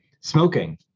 Smoking